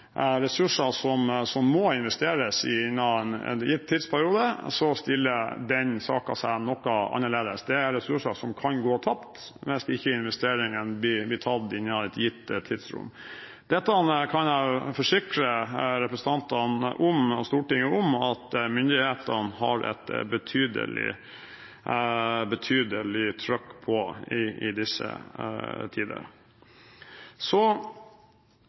ressurser som må investeres innen en gitt tidsperiode, stiller saken seg noe annerledes. Det er ressurser som kan gå tapt hvis ikke investeringen blir tatt innen et gitt tidsrom. Dette kan jeg forsikre representantene og Stortinget om at myndighetene har et betydelig trykk på i disse tider.